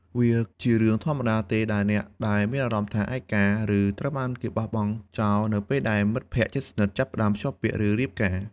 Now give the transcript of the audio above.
វាជារឿងធម្មតាទេដែលអ្នកដែលមានអារម្មណ៍ថា ឯកា ឬត្រូវគេបោះបង់ចោល នៅពេលដែលមិត្តភក្តិជិតស្និទ្ធចាប់ផ្តើមភ្ជាប់ពាក្យ ឬរៀបការ។